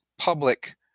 public